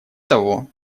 того